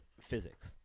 physics